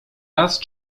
raz